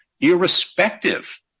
irrespective